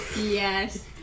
Yes